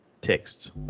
texts